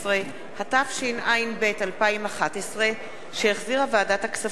16), התשע”ב 2011, שהחזירה ועדת הכספים,